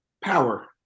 Power